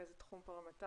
רכזת תחום פרלמנטרית,